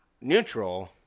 Neutral